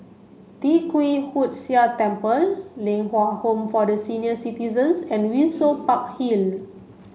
Tee Kwee Hood Sia Temple Ling Kwang Home for the Senior Citizens and Windsor Park Hill